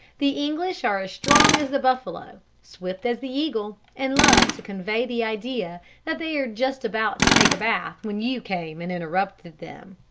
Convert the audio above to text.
the english are strong as the buffalo, swift as the eagle, and love to convey the idea that they are just about to take a bath when you came and interrupted them.